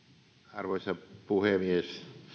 arvoisa puhemies